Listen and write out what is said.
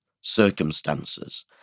circumstances